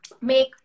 Make